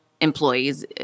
employees